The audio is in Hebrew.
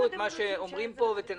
הטריוויאלי הוא שמה שקורה פה זה שאנחנו